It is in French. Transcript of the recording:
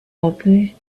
opus